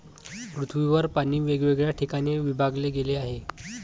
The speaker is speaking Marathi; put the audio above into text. पृथ्वीवर पाणी वेगवेगळ्या ठिकाणी विभागले गेले आहे